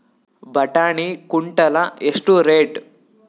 ಬಟಾಣಿ ಕುಂಟಲ ಎಷ್ಟು ರೇಟ್?